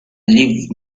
leave